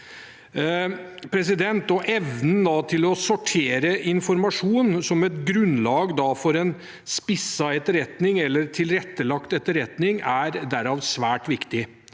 Evnen til å sortere informasjon som grunnlag for en spisset etterretning eller tilrettelagt etterretning er derav svært viktig